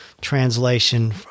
translation